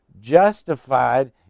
justified